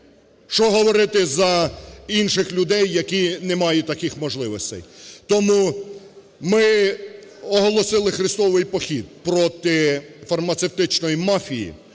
Що говорити за інших людей, які не мають таких можливостей. Тому ми оголосили хрестовий похід проти фармацевтичної мафії,